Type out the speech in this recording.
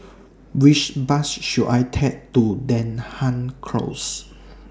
Which Bus should I Take to Denham Close